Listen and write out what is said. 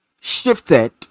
shifted